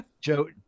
Joe